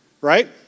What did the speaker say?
right